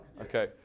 Okay